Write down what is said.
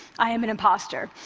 i am an impostor.